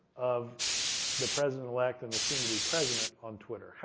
of the president-elect and the soon-to-be president on twitter?